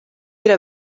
era